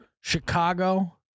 Chicago